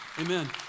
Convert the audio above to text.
Amen